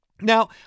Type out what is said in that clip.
now